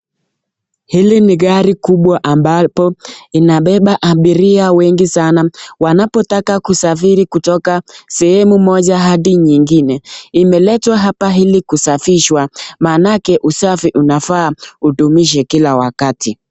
Hili ni gari kubwa ambapo inabebea abiria wengi sana wanapotaka kusafiri kutoka sehemu moja hadi nyengine. Imeletwa hapa ili kusafishwa maanake usafi unafaa udumishwe kila wakati.